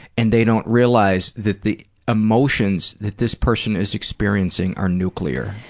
and they don't realize that the emotions that this person is experiencing are nuclear.